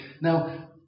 Now